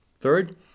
Third